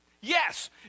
Yes